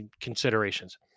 considerations